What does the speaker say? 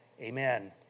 Amen